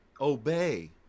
obey